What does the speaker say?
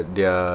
Dia